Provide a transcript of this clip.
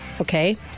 Okay